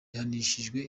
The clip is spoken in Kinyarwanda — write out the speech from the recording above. yahanishijwe